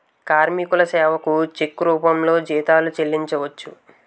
కార్మికుల సేవకు చెక్కు రూపంలో జీతాలు చెల్లించవచ్చు